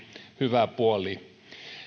hyvä puoli